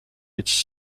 its